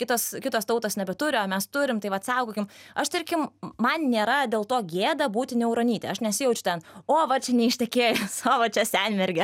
kitos kitos tautos nebeturi o mes turim tai vat saugokim aš tarkim man nėra dėl to gėda būti niauronyte aš nesijaučiu ten o va čia neištekėjus o va čia senmergė